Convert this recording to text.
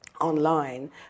online